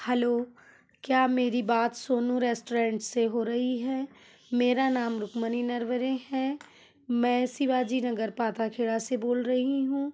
hello क्या मेरी बात सोनू रेस्टोरेंट से हो रही है मेरा नाम रुक्मिणी नरवरे है मैं शिवाजी नगर पाथाखेड़ा से बोल रही हूँ